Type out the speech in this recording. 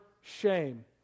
shame